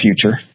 future